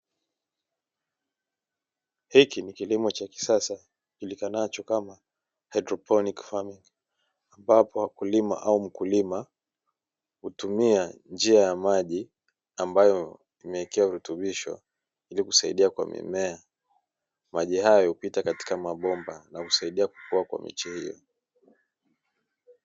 Hiki ni kilimo cha kisasa kijulikanacho kama haidroponi ambapo wakulima au mkulima hutumia njia ya maji ambayo imewekewa virutubisho, ili kusaidia kwa mimea maji hayo hupita katika mabomba na husaidia kukua kwa miche hiyo.